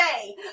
today